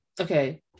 Okay